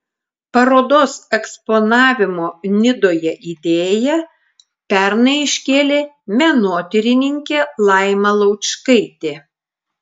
parodos eksponavimo nidoje idėją pernai iškėlė menotyrininkė laima laučkaitė